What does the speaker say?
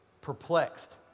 Perplexed